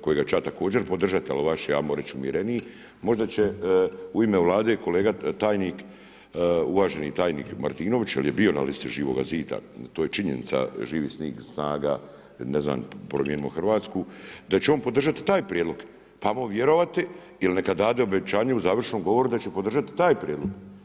kojega ću ja također podržat, ali vaš je ajmo reći umjereniji, možda će u ime Vlada kolega uvaženi tajnik Marinović jel je bio na listi Živoga zida, to je činjenica, Živi zid zna ga, ne znam Promijenimo Hrvatsku da će on podržati taj prijedlog pa mu vjerovati ili neka dade obećanje u završnom govoru da će podržati taj prijedlog.